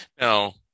Now